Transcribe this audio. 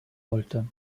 wollte